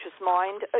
mind